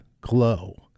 glow